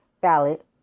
ballot